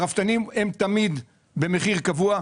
הרפתנים הם תמיד במחיר קבוע.